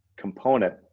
component